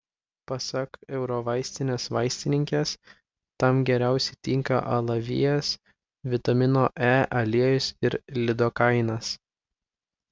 pasak eurovaistinės vaistininkės tam geriausiai tinka alavijas vitamino e aliejus ir lidokainas